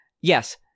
yes